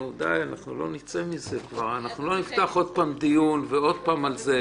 אנחנו לא נפתח עוד פעם דיון על זה.